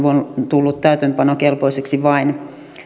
on tullut täytäntöönpanokelpoiseksi vain